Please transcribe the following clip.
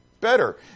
better